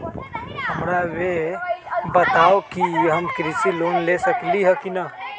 हमरा के बताव कि हम कृषि लोन ले सकेली की न?